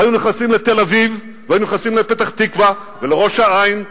היו נכנסים לתל-אביב והיו נכנסים לפתח-תקווה ולראש-העין וליהוד.